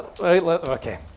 Okay